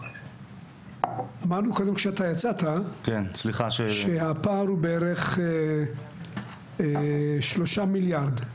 קודם, כשיצאת, אמרנו שהפער הוא בערך 3 מיליארד.